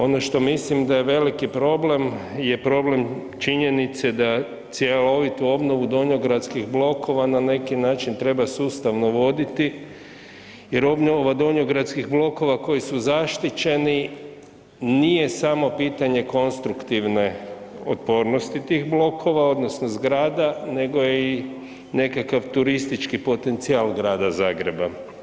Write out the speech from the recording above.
Ono što mislim da je veliki problem je problem činjenice da cjelovitu obnovu donjogradskih blokova na neki način treba sustavno voditi jer obnova donjogradskih blokova koji su zaštićeni nije samo pitanje konstruktivne otpornosti tih blokova odnosno zgrada nego je i nekakav turistički potencijal Grada Zagreba.